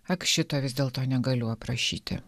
ak šito vis dėlto negaliu aprašyti